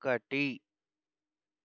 ఒకటి